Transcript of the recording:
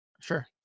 Sure